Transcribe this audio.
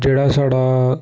जेह्ड़ा साढ़ा